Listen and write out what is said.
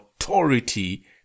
authority